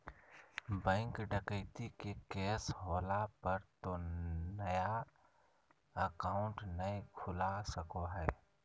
bank डकैती के case होला पर तो नया अकाउंट नय खुला सको हइ